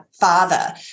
father